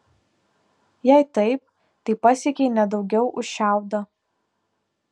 jei taip tai pasiekei ne daugiau už šiaudą